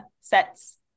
sets